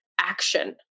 action